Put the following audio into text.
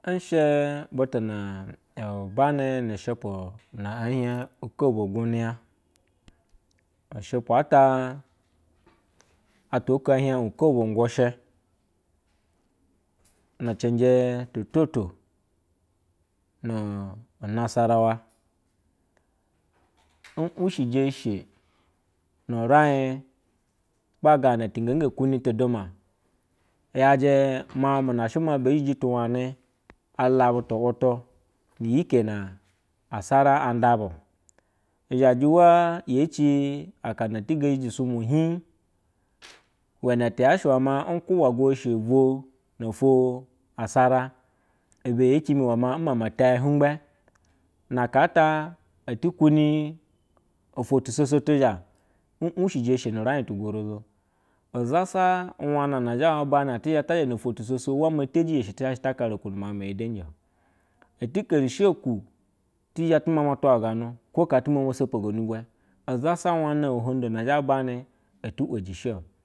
Nshɛ butu bane nu sheepu ata hie ukovo guniya ushupu ata atwa ko ehie ya koko gushɛ, nujeje to to ni nasarawa uweje eshe nu rai ba gana nge ge kuni tudu ma yaje mawu muna mu shema ma zhiji tuwani ka ala butu, ulutuwa iyi kena asara an nda ishaji yeci akana eh gezhiyi sumna hii, uwene tiyashe we maa ukubwa eshe vo no ofwo asara ibe ye cini wana nmana ta te humgbe, na akata eteni ofwo tusoso tizha nwushe eshenu rai tu gorozo, usasa uulana zhe wabane atizhe ta zha no ofwo tusoso matejiya shɛ tizhashe ta hare okuni mamu meye denjio eti heri shi oku ti she tu mana twa gwanu ko ha tu momo sopogo nu vwe uzha sa wana wo hondo na zhe bane eti wajisho.